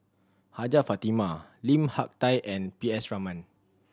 Hajjah Fatimah Lim Hak Tai and P S Raman